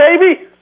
baby